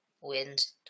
wins